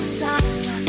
time